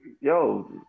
yo